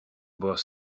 boss